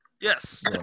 Yes